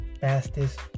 fastest